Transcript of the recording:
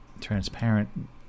transparent